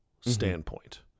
standpoint